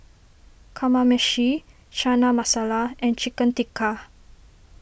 Kamameshi Chana Masala and Chicken Tikka